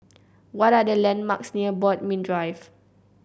what are the landmarks near Bodmin Drive